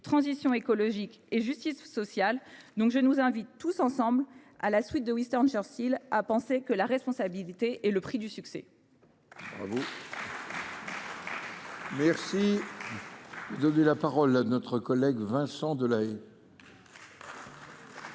transition écologique et justice sociale. Je nous invite donc tous ensemble, à la suite de Winston Churchill, à penser que « la responsabilité est le prix à payer